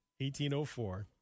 1804